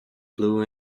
blue